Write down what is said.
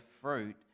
fruit